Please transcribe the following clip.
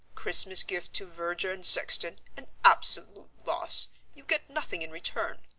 christmas gift to verger and sexton, an absolute loss you get nothing in return.